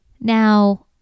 Now